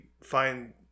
find –